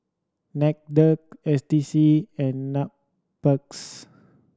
NCDCC S T C and Nparks